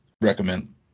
recommend